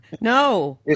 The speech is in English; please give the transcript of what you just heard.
no